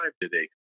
today